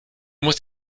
musst